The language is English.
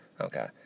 okay